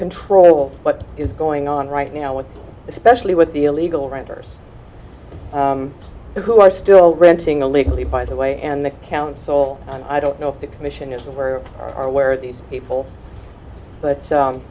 control what is going on right now with especially with the illegal renters who are still renting a legally by the way and the council and i don't know if the commission is aware or where these people but